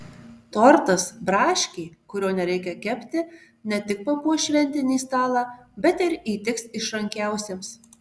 tortas braškė kurio nereikia kepti ne tik papuoš šventinį stalą bet ir įtiks išrankiausiems